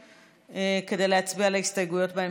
כדי להצביע על ההסתייגויות בהמשך.